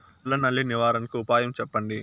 తెల్ల నల్లి నివారణకు ఉపాయం చెప్పండి?